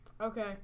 Okay